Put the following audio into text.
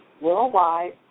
worldwide